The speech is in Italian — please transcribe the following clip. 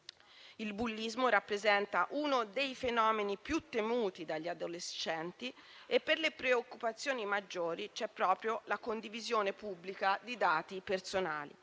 Il bullismo rappresenta uno dei fenomeni più temuti dagli adolescenti e, tra le preoccupazioni maggiori, c'è proprio la condivisione pubblica di dati personali,